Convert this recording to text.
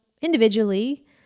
individually